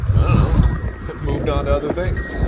ah we've moved on to other things.